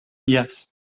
yes